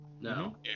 No